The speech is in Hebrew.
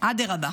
"אדרבה,